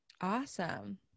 Awesome